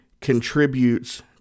contributes